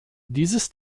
dieses